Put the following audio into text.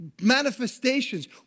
manifestations